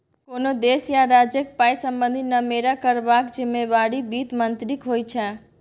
कोनो देश या राज्यक पाइ संबंधी निमेरा करबाक जिम्मेबारी बित्त मंत्रीक होइ छै